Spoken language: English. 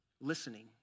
listening